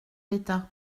d’état